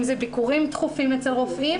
אם זה ביקורים תכופים אצל רופאים